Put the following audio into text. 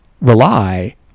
rely